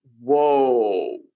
Whoa